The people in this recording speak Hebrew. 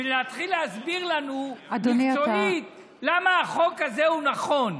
ולהתחיל להסביר לנו מקצועית למה הזה הוא נכון.